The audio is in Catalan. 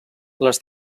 les